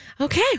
Okay